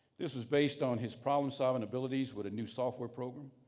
this was based on his problem-solving abilities with a new software program,